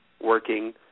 working